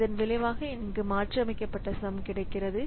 இதன் விளைவாக இங்கே மாற்றியமைக்கப்பட்ட சம் கிடைக்கிறது